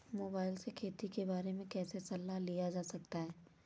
Mobile से खेती के बारे कैसे सलाह लिया जा सकता है?